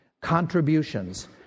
contributions